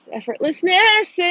Effortlessness